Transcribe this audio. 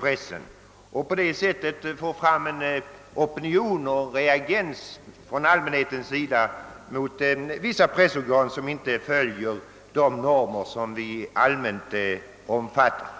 pressen, så att man får fram en opinion eller en reaktion från allmänheten mot vissa pressorgan som inte följer de normer vi allmänt omfattar.